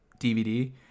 DVD